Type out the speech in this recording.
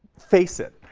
face it,